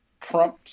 Trump